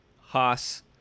haas